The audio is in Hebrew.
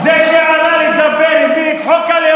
שב, בבקשה.